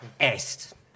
Est